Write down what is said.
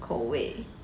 口味